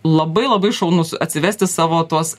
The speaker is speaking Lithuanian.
labai labai šaunu atsivesti savo tuos